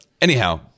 anyhow